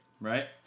right